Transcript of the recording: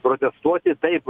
protestuoti taip